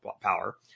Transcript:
power